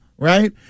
Right